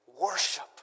Worship